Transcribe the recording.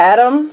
Adam